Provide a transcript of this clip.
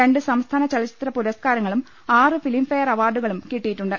രണ്ട് സംസ്ഥാന ചലച്ചിത്ര പുരസ്കാര ങ്ങളും ആറ് ഫിലിംഫെയർ അവാർഡുകളും കിട്ടിയിട്ടുണ്ട്